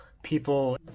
People